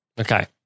Okay